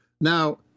Now